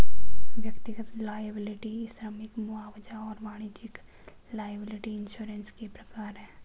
व्यक्तिगत लॉयबिलटी श्रमिक मुआवजा और वाणिज्यिक लॉयबिलटी इंश्योरेंस के प्रकार हैं